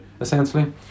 Essentially